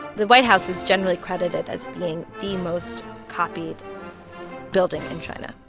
the white house is generally credited as being the most copied building in china.